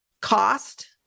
cost